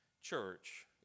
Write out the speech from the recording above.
church